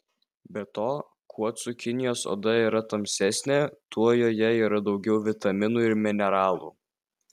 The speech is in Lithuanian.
be to kuo cukinijos oda yra tamsesnė tuo joje yra daugiau vitaminų ir mineralų